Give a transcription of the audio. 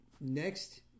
Next